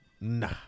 nah